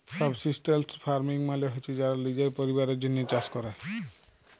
subsistence farming মালে হছে যারা লিজের পরিবারের জ্যনহে চাষ ক্যরে